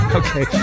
okay